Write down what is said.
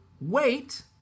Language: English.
wait